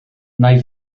nai